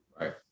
Right